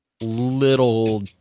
little